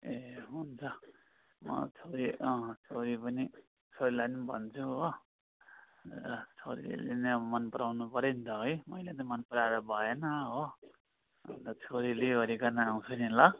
ए हुन्छ म छोरी अँ छोरी पनि छोरीलाई नि भन्छु हो र छोरीले नि अब मनपराउनु पऱ्यो नि त है मैले मात्रै मनपराएर भएन हो अन्त छोरी लिइओरिकन आउँछु नि ल